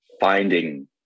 finding